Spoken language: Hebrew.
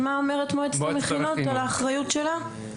שמעתם טוב מה אומרת מועצת המכינות על האחריות שלה?